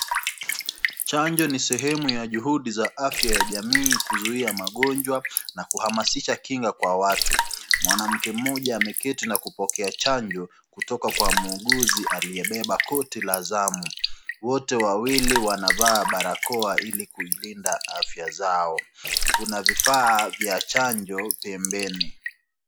Chanjo ni sehemu ya juhudi za afya ya jamii kuzuia magonjwa na kuhamasisha kinga kwa watu. Mwanamke mmoja ameketi na kupokea chanjo kutoka kwa muuguzi aliyebeba koti la zamu. Wote wawili wanavaa barakoa ili kuilinda afya zao, kuna vifaa vya chanjo pembeni.